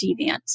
deviant